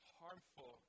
harmful